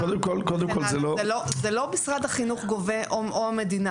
זה לא משרד החינוך שגובה או המדינה.